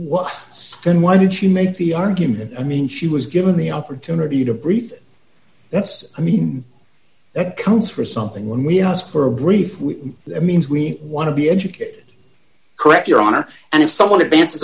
so then why did you make the argument i mean she was given the opportunity to brief that's i mean that counts for something when we ask for a brief we that means we want to be educated correct your honor and if someone advan